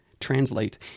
translate